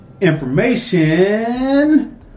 information